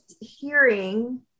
hearing